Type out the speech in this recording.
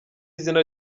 izina